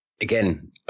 Again